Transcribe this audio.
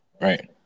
Right